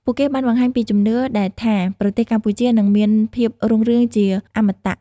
ពួកគេបានបង្ហាញពីជំនឿដែលថាប្រទេសកម្ពុជានឹងមានភាពរុងរឿងជាអមតៈ។